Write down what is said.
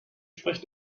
spricht